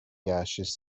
gaseous